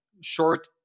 short